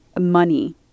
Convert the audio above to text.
money